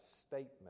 statement